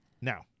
now